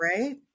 right